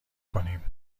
کنیم